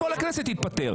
כל הכנסת תתפטר.